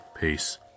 Peace